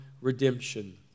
redemption